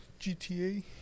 GTA